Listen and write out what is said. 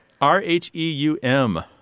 R-H-E-U-M